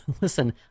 listen